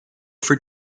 for